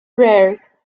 rare